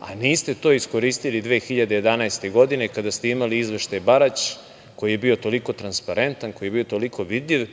a niste to iskoristili 2011. godine kada ste imali izveštaj Barać, koji je bio toliko transparentan, koji je bio toliko vidljiv